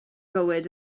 bywyd